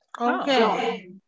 Okay